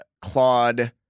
Claude